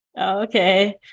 Okay